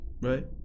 right